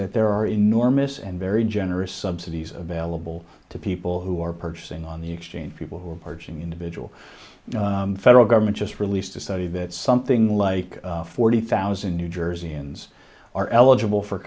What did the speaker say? that there are enormous and very generous subsidies available to people who are purchasing on the exchange people who are parching individual federal government just released a study that something like forty thousand new jerseyans are eligible for